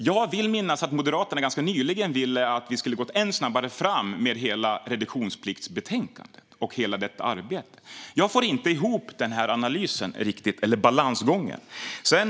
Jag vill minnas att Moderaterna ganska nyligen ville att vi skulle ha gått ännu snabbare fram med hela reduktionspliktsbetänkandet och hela detta arbete. Jag får inte ihop den här analysen eller balansgången riktigt.